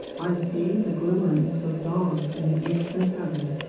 i see the glimmerings of dawn in the eastern heaven.